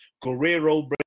Guerrero